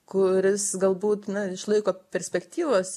kuris galbūt na išlaiko perspektyvas